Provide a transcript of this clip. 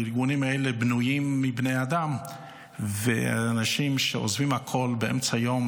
הארגונים האלה בנויים מבני אדם ואנשים שעוזבים באמצע היום,